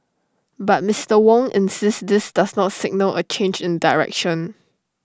but Mister Wong insists this does not signal A change in direction